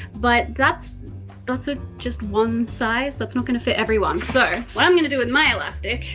but that's that's ah just one size, that's not going to fit everyone. so what i'm gonna do with my elastic,